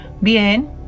bien